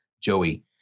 Joey